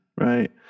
Right